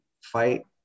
fight